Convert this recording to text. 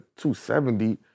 $270